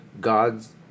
God's